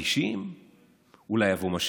העלבון הוא בוטה והוא גדול,